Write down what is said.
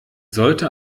sollte